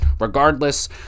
regardless